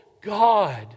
God